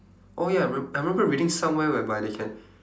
oh ya I rem~ I remember reading somewhere whereby they can